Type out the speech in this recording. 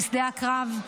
בשדה הקרב,